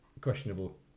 questionable